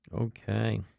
Okay